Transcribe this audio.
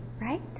right